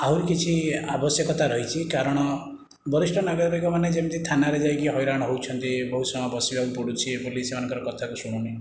ଆହୁରି କିଛି ଆବଶ୍ୟକତା ରହିଛି କାରଣ ବରିଷ୍ଠ ନାଗରିକମାନେ ଯେମିତି ଥାନାରେ ଯାଇକି ହଇରାଣ ହେଉଛନ୍ତି ବହୁତ ସମୟ ବସିବାକୁ ପଡ଼ୁଛି ପୋଲିସ ସେମାନଙ୍କର କଥାବି ଶୁଣୁନି